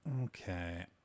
okay